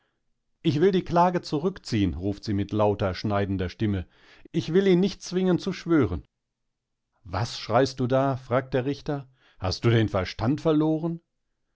ich will die klage zurückziehen ruft sie mit lauter schneidender stimme ich will ihn nicht zwingen zu schwören was schreist du da fragt der richter hast du den verstand verloren